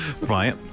Right